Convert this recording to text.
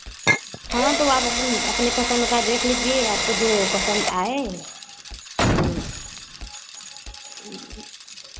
हाँ तो आप अपन अपनी पसंद का देख लीजिए आपको जो पसंद आए